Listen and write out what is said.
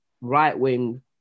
right-wing